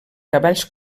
cavalls